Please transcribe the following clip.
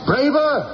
braver